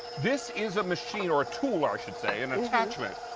this is a machine or tool i should say, an attachment,